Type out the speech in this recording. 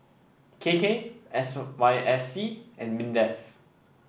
K K S Y F C and Mindef